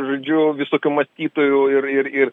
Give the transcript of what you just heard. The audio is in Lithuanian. žodžiu visokių mąstytojų ir ir ir